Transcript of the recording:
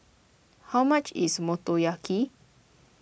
how much is Motoyaki